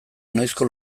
noizko